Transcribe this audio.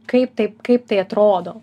kaip taip kaip tai atrodo